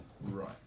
Right